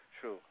True